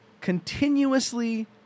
continuously